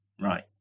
right